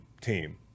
team